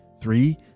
Three